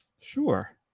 Sure